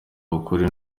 ukuri